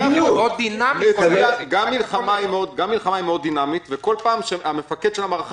האיחוד הלאומי): גם מלחמה היא מאוד דינמית ובכל פעם שהמפקד של המערכה